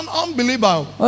unbelievable